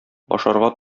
ашарга